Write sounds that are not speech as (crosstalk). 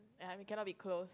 (laughs) we cannot be close